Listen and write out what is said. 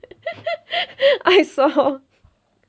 I saw